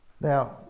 now